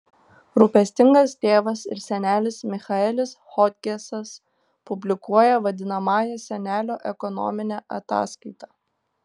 rūpestingas tėvas ir senelis michaelis hodgesas publikuoja vadinamąją senelio ekonominę ataskaitą